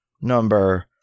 number